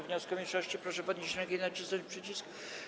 wniosku mniejszości, proszę podnieść rękę i nacisnąć przycisk.